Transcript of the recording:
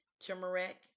turmeric